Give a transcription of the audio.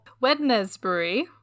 Wednesbury